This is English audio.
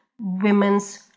women's